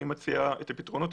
אני מציע את הפתרונות.